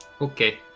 Okay